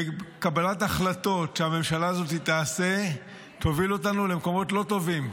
בקבלת החלטות שהממשלה הזאת תעשה תוביל אותנו למקומות לא טובים,